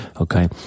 Okay